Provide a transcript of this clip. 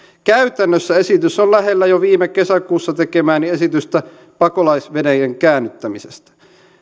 käytännössä esitys on lähellä jo viime kesäkuussa tekemääni esitystä pakolaisveneiden käännyttämisestä